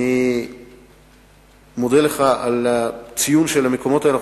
אני מודה לך על הציון של המקומות האלו.